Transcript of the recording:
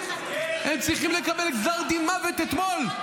הם צריכים לקבל גזר דין מוות אתמול.